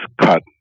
cut